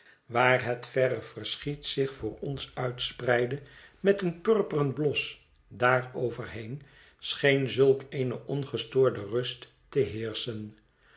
waar het verre verschiet zich voor ons uitspreidde met een purperen blos daarover heen scheen zulk eene ongestoorde rust te heerschen